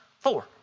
Four